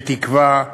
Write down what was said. בתקווה,